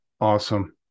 awesome